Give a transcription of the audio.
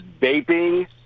vaping